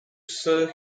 sir